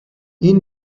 این